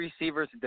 receivers